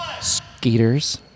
Skeeters